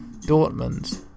Dortmund